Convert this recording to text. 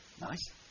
Nice